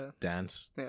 dance